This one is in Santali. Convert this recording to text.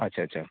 ᱟᱪᱪᱷᱟ ᱟᱪᱪᱷᱟ